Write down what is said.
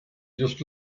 just